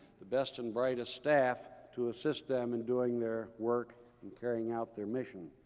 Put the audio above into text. the best and brightest staff to assist them in doing their work and carrying out their mission.